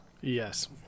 Yes